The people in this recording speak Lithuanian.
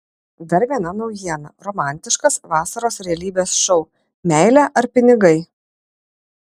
dar viena naujiena romantiškas vasaros realybės šou meilė ar pinigai